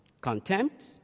contempt